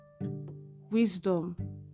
wisdom